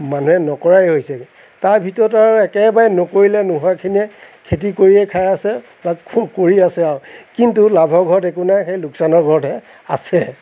মানুহে নকৰাই হৈছে তাৰ ভিতৰত আৰু একেবাৰে নকৰিলে নোহোৱাখিনিয়ে খেতি কৰিয়েই খাই আছে আছে আৰু কিন্তু লাভৰ ঘৰত একো নাই সেই লোকচানৰ ঘৰতে আছে